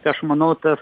tai aš manau tas